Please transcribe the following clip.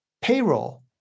payroll